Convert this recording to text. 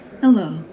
Hello